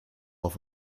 auf